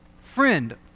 friend